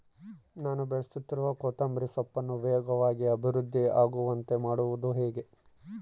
ನಾನು ಬೆಳೆಸುತ್ತಿರುವ ಕೊತ್ತಂಬರಿ ಸೊಪ್ಪನ್ನು ವೇಗವಾಗಿ ಅಭಿವೃದ್ಧಿ ಆಗುವಂತೆ ಮಾಡುವುದು ಹೇಗೆ?